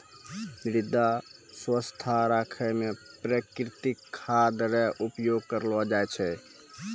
मृदा स्वास्थ्य राखै मे प्रकृतिक खाद रो उपयोग करलो जाय छै